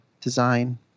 design